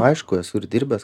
aišku esu ir dirbęs